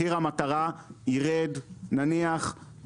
נניח שמחיר המטרה ירד בכ-10%,